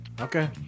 Okay